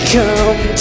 come